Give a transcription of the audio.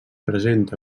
presenta